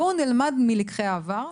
בואו נלמד מלקחי העבר.